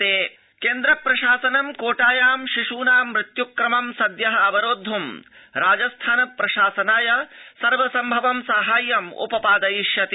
स्वास्थ्यमन्त्री कोटा केन्द्र प्रशासनं कोटायां शिशूनां मृत्यु क्रमं सद्य अवरोधुं राजस्थान प्रशासनाय सर्वसम्भवं साहाय्यम् उपपादयिष्यति